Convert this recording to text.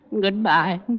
Goodbye